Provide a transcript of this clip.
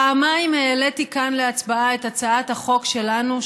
פעמיים העליתי כאן להצבעה את הצעת החוק שלנו,